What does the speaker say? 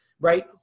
right